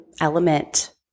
element